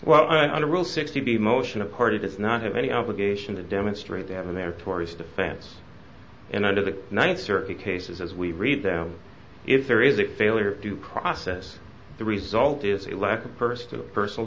well i don't rule sixty b motion a party does not have any obligation to demonstrate they have in their tours defense and under the ninth circuit cases as we read them if there is a failure due process the result is a lack of personal personal